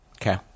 Okay